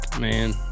man